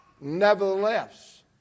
nevertheless